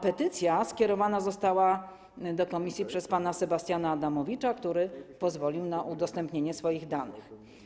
Petycja skierowana została do komisji przez pana Sebastiana Adamowicza, który pozwolił na udostępnienie swoich danych.